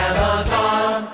Amazon